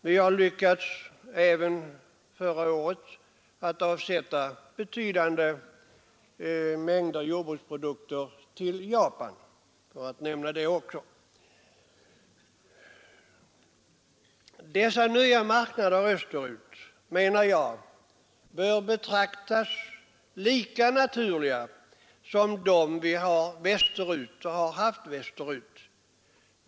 Jag kan också nämna att vi förra året lyckades avsätta betydande mängder jordbruksprodukter till Japan. Dessa nya marknader österut bör, menar jag, betraktas som lika naturliga som dem vi har och har haft västerut.